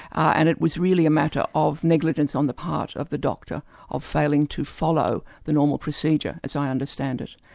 and it was really a matter of negligence on the part of the doctor of failing to follow the normal procedure, as i understand it.